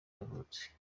yavutse